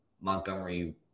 Montgomery